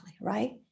Right